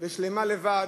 ושלמה לבד,